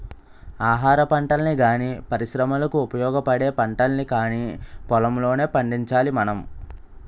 ఆహారపంటల్ని గానీ, పరిశ్రమలకు ఉపయోగపడే పంటల్ని కానీ పొలంలోనే పండించాలి మనం